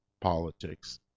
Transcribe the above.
politics